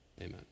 amen